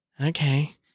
okay